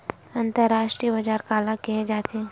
अंतरराष्ट्रीय बजार काला कहे जाथे?